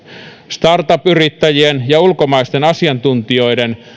startup yrittäjien ja ulkomaisten asiantuntijoiden